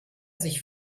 sich